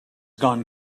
gone